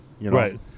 Right